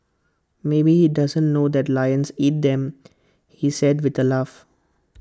maybe he doesn't know that lions eat them he said with A laugh